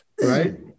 Right